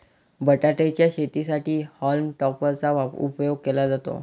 बटाटे च्या शेतीसाठी हॉल्म टॉपर चा उपयोग केला जातो